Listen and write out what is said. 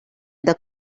other